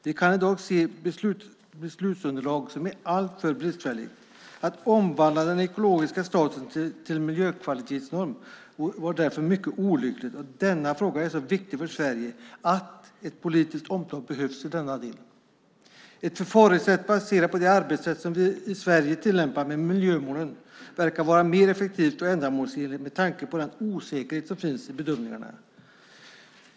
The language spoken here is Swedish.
Vi kan i dag se beslutsunderlag som är alltför bristfälliga. Att omvandla den ekologiska statusen till miljökvalitetsmål var därför mycket olyckligt. Denna fråga är så viktig för Sverige att ett politiskt omtag behövs i denna del. Ett förfaringssätt baserat på det arbetssätt som vi tillämpar med miljömålen är mer effektivt och ändamålsenligt med tanke på den osäkerhet som finns i bedömningarna.